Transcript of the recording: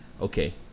Okay